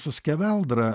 su skeveldra